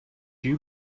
you